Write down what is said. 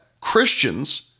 Christians